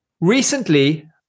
Recently